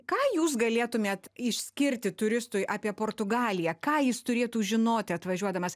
ką jūs galėtumėt išskirti turistui apie portugaliją ką jis turėtų žinoti atvažiuodamas